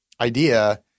idea